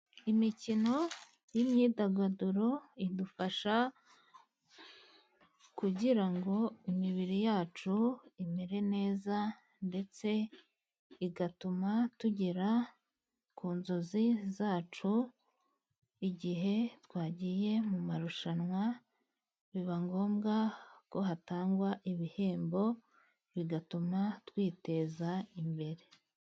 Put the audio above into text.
Imikino y'imyidagaduro idufasha kugira ngo imibiri yacu imere neza, ndetse igatuma tugera ku nzozi zacu igihe twagiye mu marushanwa, biba ngombwa ko hatangwa ibihembo bigatuma twiteza imbere.